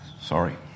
Sorry